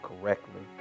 correctly